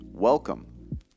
Welcome